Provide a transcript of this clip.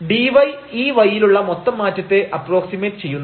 dy ഈ y ലുള്ള മൊത്തം മാറ്റത്തെ അപ്രോക്സിമേറ്റ് ചെയ്യുന്നില്ല